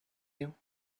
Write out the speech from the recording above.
you